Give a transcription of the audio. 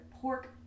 pork